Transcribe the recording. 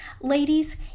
Ladies